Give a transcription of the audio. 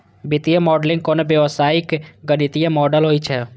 वित्तीय मॉडलिंग कोनो व्यवसायक गणितीय मॉडल होइ छै